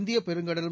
இந்தியப் பெருங்கடலும்